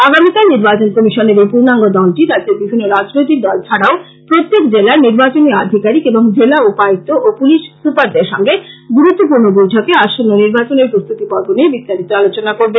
আগামীকাল নির্বাচন কমিশনের এই পর্ণাঙ্গ দলটি রাজ্যের বিভিন্ন রাজনৈতিক দল ছাড়াও প্রত্যেক জেলার নির্বাচনী আধিকারিক এবং জেলা উপায়ুক্ত ও পুলিশ সুপারদের সঙ্গে গুরুত্বপূর্ণ বৈঠকে আসন্ন নির্বাচনের প্রস্তুতি পর্ব নিয়ে বিস্তারিত আলোচনা করবে